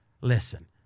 listen